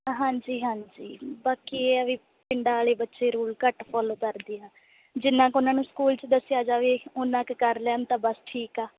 ਹਾਂਜੀ ਹਾਂਜੀ ਬਾਕੀ ਇਹ ਹੈ ਵੀ ਪਿੰਡਾਂ ਵਾਲੇ ਬੱਚੇ ਰੂਲ ਘੱਟ ਫੋਲੋ ਕਰਦੇ ਆ ਜਿੰਨਾ ਕੁ ਉਹਨਾਂ ਨੂੰ ਸਕੂਲ 'ਚ ਦੱਸਿਆ ਜਾਵੇ ਉੰਨਾ ਕੁ ਕਰ ਲੈਣ ਤਾਂ ਬਸ ਠੀਕ ਆ